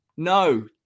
No